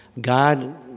God